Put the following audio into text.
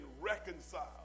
reconciled